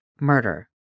murder